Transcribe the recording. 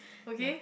okay